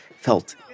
felt